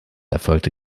erfolgte